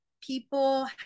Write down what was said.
people